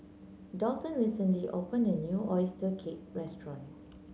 Dalton recently opened a new oyster cake restaurant